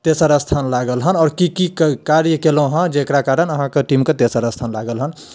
तेसर स्थान लागल हन आओर की की कार्य कयलहुँ हँ जेकरा कारण अहाँक टीम कऽ तेस्सर स्थान लागल हन